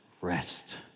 rest